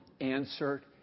answered